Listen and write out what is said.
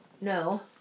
no